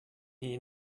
here